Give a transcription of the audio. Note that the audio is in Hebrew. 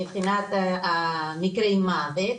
מבחינת מקרי המוות,